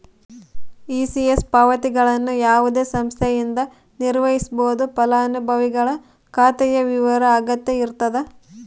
ECS ಪಾವತಿಗಳನ್ನು ಯಾವುದೇ ಸಂಸ್ಥೆಯಿಂದ ನಿರ್ವಹಿಸ್ಬೋದು ಫಲಾನುಭವಿಗಳ ಖಾತೆಯ ವಿವರ ಅಗತ್ಯ ಇರತದ